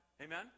Amen